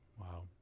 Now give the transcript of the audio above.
Wow